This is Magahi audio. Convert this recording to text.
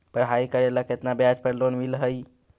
पढाई करेला केतना ब्याज पर लोन मिल हइ?